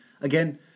again